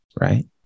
right